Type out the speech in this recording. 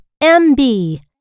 M-B